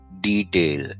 detail